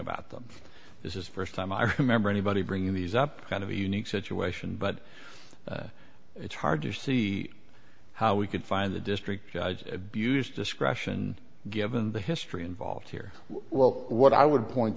about them this is first time i remember anybody bringing these up kind of a unique situation but it's hard to see how we could find the district judge abused discretion given the history involved here well what i would point